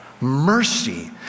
Mercy